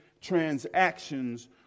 transactions